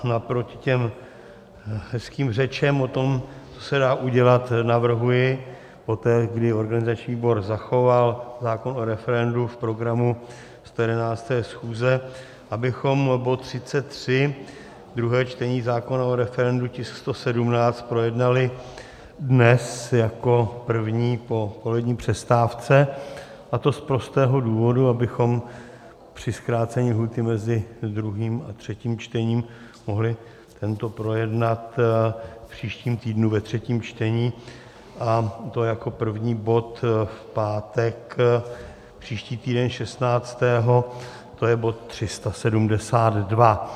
Naproti těm hezkým řečem o tom, co se dá udělat, navrhuji poté, kdy organizační výbor zachoval zákon o referendu v programu 111. schůze, abychom bod 33, druhé čtení zákona o referendu, tisk 117, projednali dnes jako první po polední přestávce, a to z prostého důvodu, abychom při zkrácení lhůty mezi druhým a třetím čtením mohli tento projednat v příštím týdnu ve třetím čtení, a to jako první bod v pátek příští týden šestnáctého, to je bod 372.